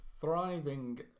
thriving